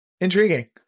Intriguing